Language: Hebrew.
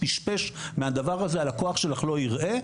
פשפש מהדבר הזה הלקוח שלך לא יראה,